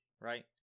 right